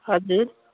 हजुर